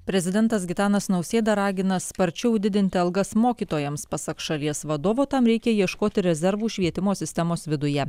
prezidentas gitanas nausėda ragina sparčiau didinti algas mokytojams pasak šalies vadovo tam reikia ieškoti rezervų švietimo sistemos viduje